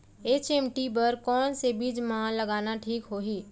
HMT बर कौन से बीज मा लगाना ठीक होही?